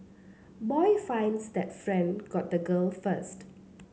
boy finds that friend got the girl first